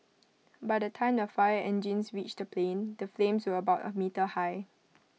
by the time the fire engines reached the plane the flames were about A meter high